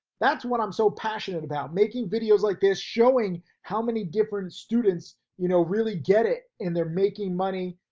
that's what i'm so passionate about making videos like this, showing how many different students, you know, really get it, and they're making money,